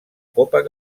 copa